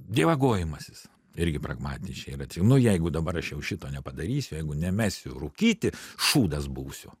dievagojimasis irgi pragmatiškai nu jeigu dabar aš jau šito nepadarysiu jeigu nemesiu rūkyti šūdas būsiu